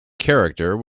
character